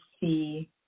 see